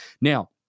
Now